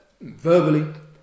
verbally